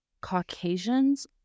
Caucasians